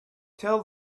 tell